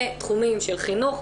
לתחומים של חינוך,